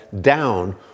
down